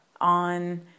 on